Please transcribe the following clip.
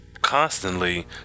constantly